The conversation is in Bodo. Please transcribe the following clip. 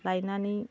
लायनानै